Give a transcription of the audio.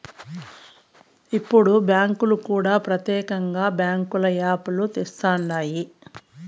ఇప్పుడు బ్యాంకులు కూడా ప్రత్యేకంగా బ్యాంకుల యాప్ లు తెస్తండాయి